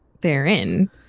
therein